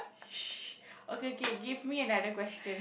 sh~ okay okay give me another question